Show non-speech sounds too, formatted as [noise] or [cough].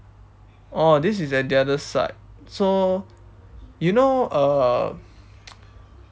oh this is at the other side so you know uh [noise]